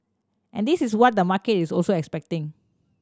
and this is what the market is also expecting